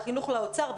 והחינוך לאוצר,